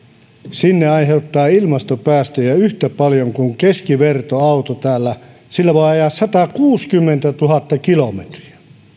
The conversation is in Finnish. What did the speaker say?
sinne ilmastopäästöjä yhtä paljon kuin keskivertoauto täällä sillä voi ajaa satakuusikymmentätuhatta kilometriä